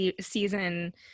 season